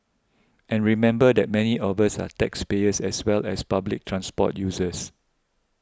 and remember that many of us are taxpayers as well as public transport users